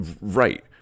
Right